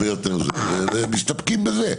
ומסתפקים בזה.